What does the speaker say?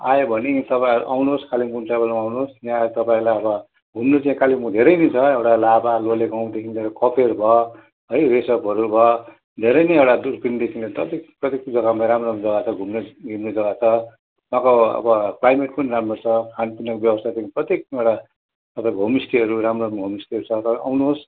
आयो भने तपाईँहरू आउनुहोस् कालेबुङ ट्राभल्समा आउनुहोस् तपाईँहरूलाई अब घुम्नु चाहिँ कालेबुङमा धेरै नै छ एउटा लाभा लोले गाउँदेखि लिएर कफेर भयो है रिसपहरू भयो धेरै नै एउटा दुर्पिनदेखि लिएर डल्लै कति राम्रो राम्रो जग्गा छ घुम्ने हिँड्ने जग्गा छ अब अब क्लाइमेट पनि राम्रो छ खानुपिउनुको व्यवस्थादेखि लिएर प्रत्येक एउटा तपाईँको होमस्टेहरू राम्रो राम्रो होमस्टेहरू छ आउनुहोस्